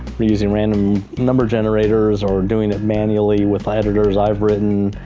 we're using random number generators or doing it manually with editors, i've written,